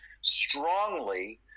strongly